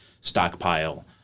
stockpile